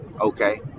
Okay